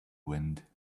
wind